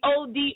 OD